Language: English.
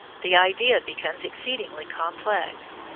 the idea becomes exceedingly complex.